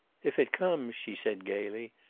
if it comes, she said, gayly,